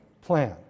plan